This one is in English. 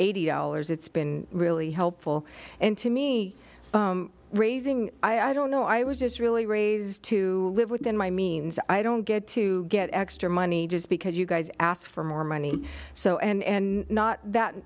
eighty dollars it's been really helpful to me raising i don't know i was just really raised to live within my means i don't get to get extra money just because you guys ask for more money so and not that